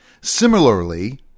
Similarly